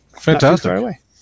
Fantastic